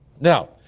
Now